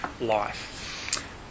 life